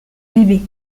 bébé